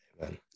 Amen